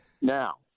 Now